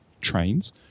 trains